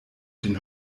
den